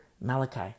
Malachi